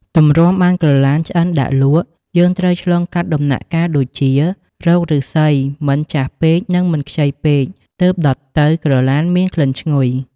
ទម្រាំបានក្រឡានឆ្អិនដាក់លក់ យើងត្រូវឆ្លងកាត់ដំណាក់កាលដូចជា រកឫស្សី មិនចាស់និងមិនខ្ចីពេកទើបដុតទៅក្រឡានមានក្លិនឈ្ងុយ។